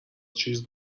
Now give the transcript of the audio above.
چیز